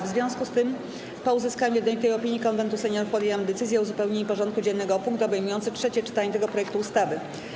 W związku z tym, po uzyskaniu jednolitej opinii Konwentu Seniorów, podjęłam decyzję o uzupełnieniu porządku dziennego o punkt obejmujący trzecie czytanie tego projektu ustawy.